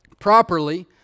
properly